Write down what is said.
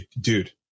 Dude